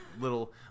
little